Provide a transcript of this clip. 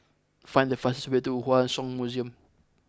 find the fastest way to Hua Song Museum